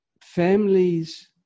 Families